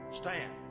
stand